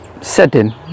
setting